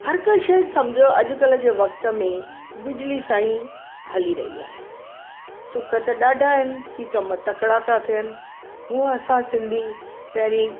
हर का शइ सम्झो अॼुकल्ह जे वक़्तु में बिजली सां ई हली रही आहे सुख त ॾाढा आहिनि की कमु तकिड़ा था थियनि हुअ असां सिंधी पहिरीं